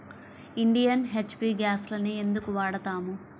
Indian, HP గ్యాస్లనే ఎందుకు వాడతాము?